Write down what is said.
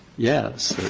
yes,